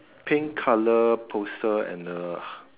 pink colour poster and a